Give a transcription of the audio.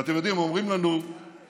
ואתם יודעים, אומרים לנו שהפגנות